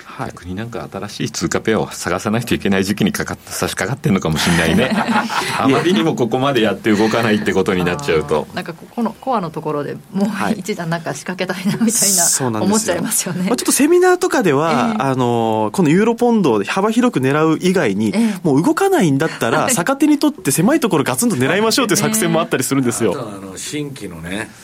はい。逆になんか新しい通貨ペアを探さないといけない時期にかかっ- 差し掛かってんのかもしんないね。 あまりにもここまでやって動かないってことになっちゃうと。あー、 なんかこのコアのところでもうはい。 一段なんか仕掛けたいなみたいな思っちゃいますよね。 そうなんですよ。まあちょっとセミナーとかでは、 ええ。 あの、このユーロポンドを幅広く狙う以外に、ええ。もう動かないんだったら、 はい。 逆手にとって狭いところガツンと狙いましょうっていう作戦もあったりするんですよ。あとはあの、新規のね、